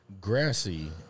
grassy